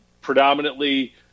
predominantly